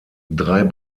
drei